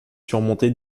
surmonté